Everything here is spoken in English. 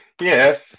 yes